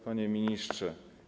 Panie Ministrze!